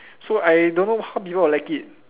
so I don't know how people will like it